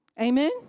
Amen